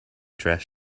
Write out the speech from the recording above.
dress